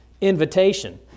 invitation